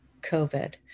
COVID